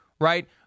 right